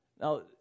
now